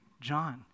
John